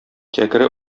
кәкре